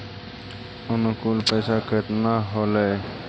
अनुकुल पैसा केतना होलय